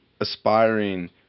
aspiring